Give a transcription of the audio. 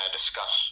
discuss